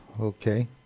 okay